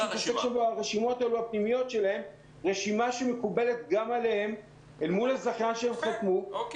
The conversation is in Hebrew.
רשימה שמקובלת גם עליהם מול הזכיין שהם חתמו איתו.